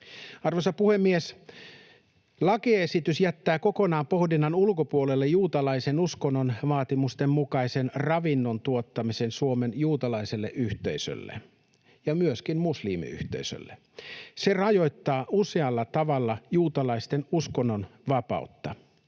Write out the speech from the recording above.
Arvoisa puhemies! Lakiesitys jättää kokonaan pohdinnan ulkopuolelle juutalaisen uskonnon vaatimusten mukaisen ravinnon tuottamisen Suomen juutalaiselle yhteisölle — ja myöskin muslimiyhteisölle. Se rajoittaa usealla tavalla juutalaisten uskonnonvapautta.